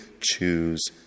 choose